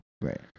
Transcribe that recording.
Right